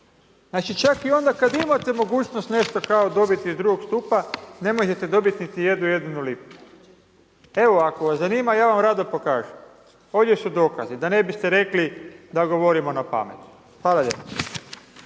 Znači čak i onda kad imate mogućnost nešto kao dobiti iz drugog stupa ne možete dobit niti jednu jedinu lipu. Evo ako vas zanima ja vam rado pokažem, ovdje su dokazi, da ne biste rekli da govorimo napamet. Hvala lijepo.